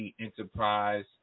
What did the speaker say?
Enterprise